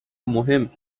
مهم